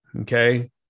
Okay